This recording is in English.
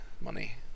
money